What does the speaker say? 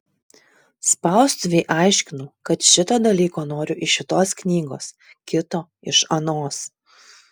spaustuvei aiškinau kad šito dalyko noriu iš šitos knygos kito iš anos